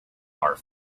are